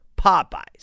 Popeyes